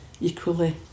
equally